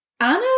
Anna